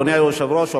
אדוני היושב-ראש,